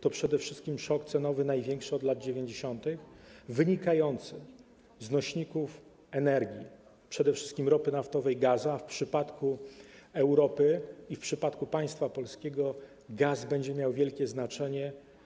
To przede wszystkim największy szok cenowy od lat 90. wynikający z nośników energii, przede wszystkim ropy naftowej, gazu, a w przypadku Europy i w przypadku państwa polskiego gaz będzie miał wielkie znaczenie.